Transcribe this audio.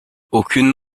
aucune